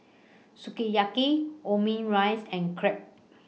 Sukiyaki Omurice and Crepe